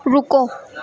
رکو